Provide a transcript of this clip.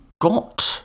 got